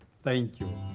thank you.